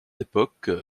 époque